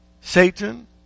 Satan